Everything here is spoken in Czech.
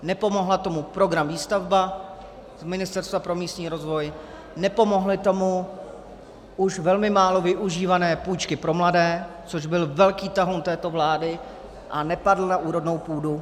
Nepomohl tomu program Výstavba z Ministerstva pro místní rozvoj, nepomohly tomu už velmi málo využívané půjčky pro mladé, což byl velký tahoun této vlády, a nepadl na úrodnou půdu.